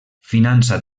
finança